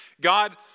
God